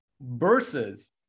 versus